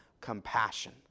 compassion